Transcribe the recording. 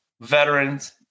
veterans